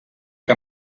que